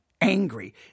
angry